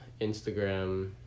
Instagram